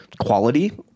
quality